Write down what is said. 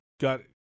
got